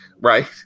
right